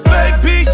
Baby